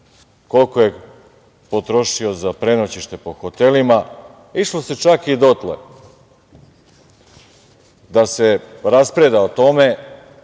koliko je potrošio za prenoćište po hotelima, išlo se čak i dotle da se raspreda o tome